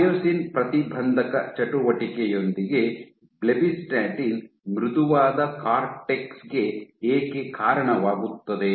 myosin ಪ್ರತಿಬಂಧಕ ಚಟುವಟಿಕೆಯೊಂದಿಗೆ blebbistatin ಮೃದುವಾದ ಕಾರ್ಟೆಕ್ಸ್ಗೆ ಏಕೆ ಕಾರಣವಾಗುತ್ತದೆ